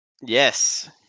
yes